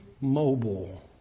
mobile